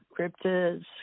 Cryptids